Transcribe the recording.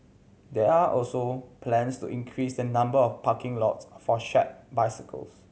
there are also plans to increase the number of parking lots for shared bicycles